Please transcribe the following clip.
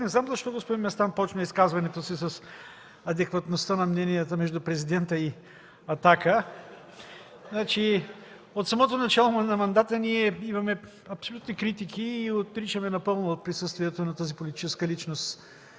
Не знам защо господин Местан започна изказването си с адекватността на мненията между президента и „Атака”. От самото начало на мандата имаме абсолютни критики и отричаме напълно присъствието на тази политическа личност